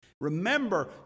Remember